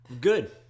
Good